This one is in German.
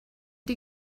die